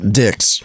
dicks